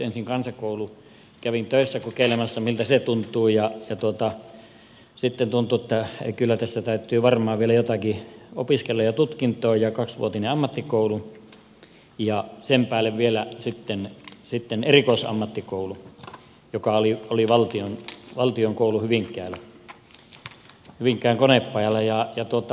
ensin kansakoulu kävin töissä kokeilemassa miltä se tuntuu ja sitten tuntui että kyllä tässä täytyy varmaan vielä jotakin tutkintoa opiskella ja kaksivuotinen ammattikoulu ja sen päälle vielä sitten erikoisammattikoulu joka oli valtion koulu hyvinkäällä hyvinkään konepajalla